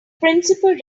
principal